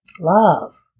love